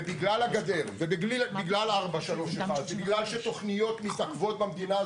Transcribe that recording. בגלל הגדר ובגלל 431 ובגלל שתוכניות נסחבות במדינה,